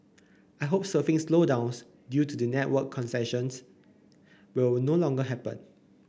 I hope surfing slowdowns due to the network congestions will no longer happen